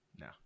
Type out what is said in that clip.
No